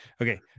Okay